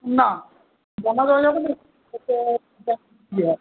না